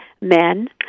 men